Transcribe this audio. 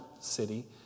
city